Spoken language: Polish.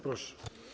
Proszę.